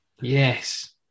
yes